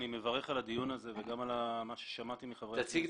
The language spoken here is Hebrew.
אני מברך על הדיון הזה ועל מה ששמעתי --- תציג את